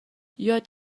یاد